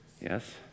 Yes